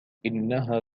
إنها